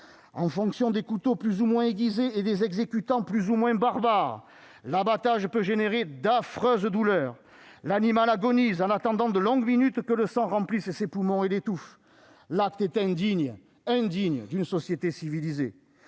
En fonction des couteaux plus ou moins aiguisés et des exécutants plus ou moins barbares, l'abattage peut entraîner d'affreuses douleurs. L'animal agonise en attendant de longues minutes que le sang remplisse ses poumons et l'étouffe. L'acte est indigne d'une société civilisée.